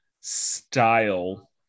style